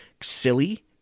silly